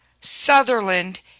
Sutherland